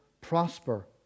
prosper